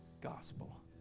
gospel